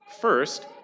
first